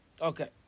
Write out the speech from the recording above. Okay